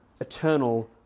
eternal